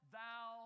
thou